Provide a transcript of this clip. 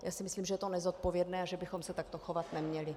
Já si myslím, že je to nezodpovědné a že bychom se takto chovat neměli.